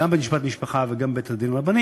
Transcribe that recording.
גם בבית-משפט לענייני משפחה וגם בבית-הדין הרבני